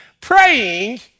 praying